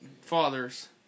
father's